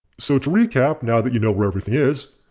so to recap now that you know where everything is.